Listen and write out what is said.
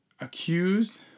Accused